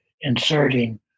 inserting